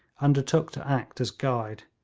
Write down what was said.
undertook to act as guide.